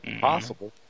Possible